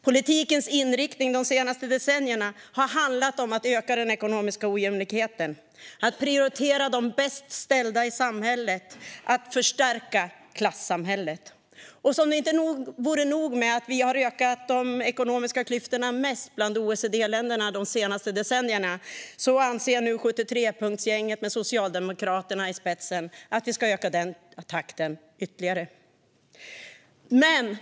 Politikens inriktning de senaste decennierna har handlat om att öka den ekonomiska ojämlikheten, att prioritera de bäst ställda i samhället och att förstärka klassamhället. Och som vore det inte nog med att vi under de senaste decennierna har ökat de ekonomiska klyftorna mest bland OECD-länderna anser 73-punktsgänget med Socialdemokraterna i spetsen att vi ska öka takten ytterligare.